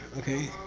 okay?